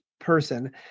person